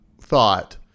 thought